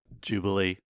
Jubilee